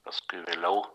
paskui vėliau